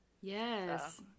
Yes